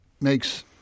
makes